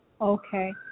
Okay